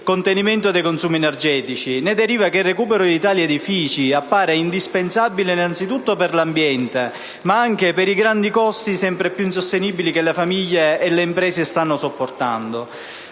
contenimento dei consumi energetici. Ne deriva che il recupero di tali edifici appare indispensabile innanzitutto per l'ambiente, ma anche per i grandi costi, sempre più insostenibili, che famiglie e imprese stanno sopportando.